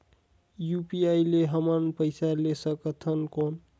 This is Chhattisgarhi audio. यू.पी.आई ले हमन पइसा ले सकथन कौन?